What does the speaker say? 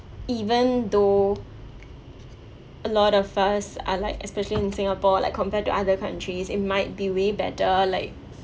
even though a lot of us are like especially in singapore like compared to other countries it might be way better like